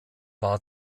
war